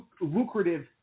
lucrative